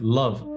love